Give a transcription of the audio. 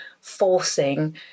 forcing